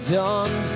done